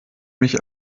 mich